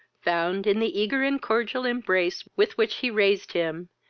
found, in the eager and cordial embrace with which he raised him,